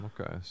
Okay